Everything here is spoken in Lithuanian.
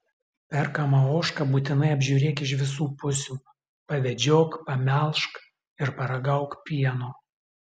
perkamą ožką būtinai apžiūrėk iš visų pusių pavedžiok pamelžk ir paragauk pieno